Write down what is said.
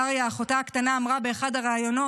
דריה, אחותה הקטנה, אמרה באחד הראיונות: